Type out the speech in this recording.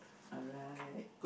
alright